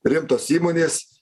rimtos įmonės